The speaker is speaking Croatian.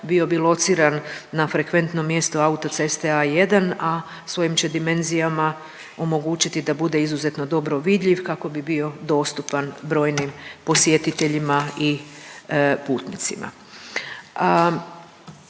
bio bi lociran na frekventno mjesto autoceste A1, a svojim će dimenzijama omogućiti da bude izuzetno dobro vidljiv kako bi bio dostupan brojnim posjetiteljima i putnicima.